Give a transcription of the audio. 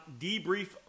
Debrief